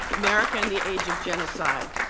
america and the age of genocide,